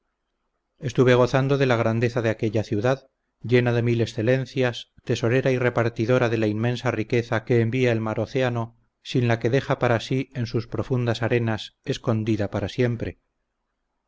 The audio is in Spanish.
estuve gozando de la grandeza de aquella ciudad llena de mil excelencias tesorera y repartidora de la inmensa riqueza que envía el mar océano sin la que deja para sí en sus profundas arenas escondida para siempre